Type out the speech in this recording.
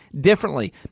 differently